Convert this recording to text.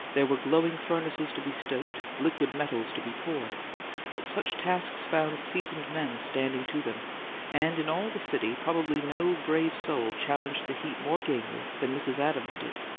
there were glowing furnaces to be stoked, liquid metals to be poured but such tasks found seasoned men standing to them and in all the city probably no brave soul challenged the heat more gamely than mrs. adams did,